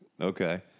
Okay